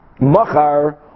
Machar